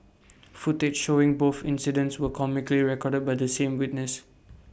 footage showing both incidents were comically recorded by the same witness